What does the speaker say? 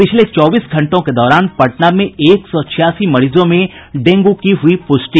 पिछले चौबीस घंटों के दौरान पटना में एक सौ छियासी मरीजों में डेंगू की हुई पुष्टि